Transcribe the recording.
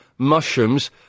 mushrooms